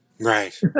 right